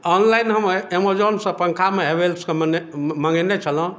online हम एमेजोनसँ पङ्खामे हैवेल्सके मङ्गे मङ्गेने छलहुँ